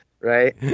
Right